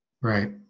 Right